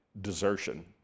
desertion